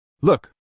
Look